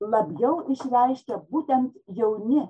labiau išreikia būtent jauni